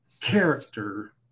character